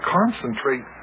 concentrate